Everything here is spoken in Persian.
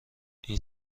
این